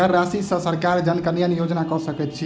कर राशि सॅ सरकार जन कल्याण योजना कअ सकैत अछि